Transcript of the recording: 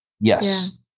Yes